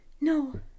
No